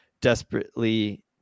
desperately